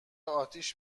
اتیش